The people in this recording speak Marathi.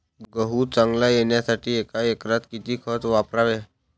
गहू चांगला येण्यासाठी एका एकरात किती खत वापरावे?